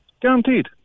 Guaranteed